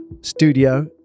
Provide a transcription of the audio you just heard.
studio